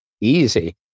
easy